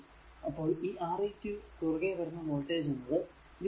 അപ്പോൾ ഈ R eq കുറുകെ വരുന്ന വോൾടേജ് എന്നത് v ആണ്